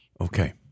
Okay